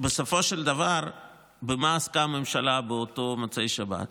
בסופו של דבר במה עסקה הממשלה באותו מוצאי שבת?